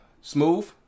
smooth